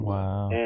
Wow